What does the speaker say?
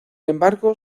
embargo